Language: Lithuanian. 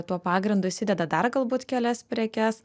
tuo pagrindu įsideda dar galbūt kelias prekes